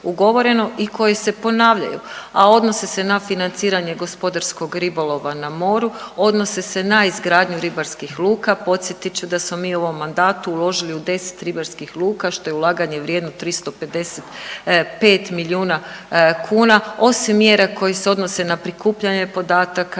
i koje se ponavljaju, a odnose se na financiranje gospodarskog ribolova na moru, odnose se na izgradnju ribarskih luka. Podsjetit ću da smo mi u ovom mandatu uložili u 10 ribarskih luka što je ulaganje vrijedno 355 milijuna kuna. Osim mjera koje se odnose na prikupljanje podataka,